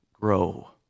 grow